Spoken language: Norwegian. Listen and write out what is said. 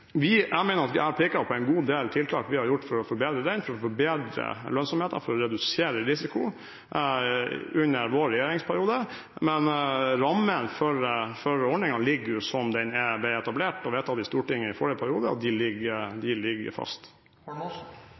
regjering. Jeg mener at jeg har pekt på en god del tiltak vi har gjort for å forbedre lønnsomheten og for å redusere risiko under vår regjeringsperiode. Men rammen for ordningen ligger som den ble etablert og vedtatt av Stortinget i forrige periode – den ligger fast.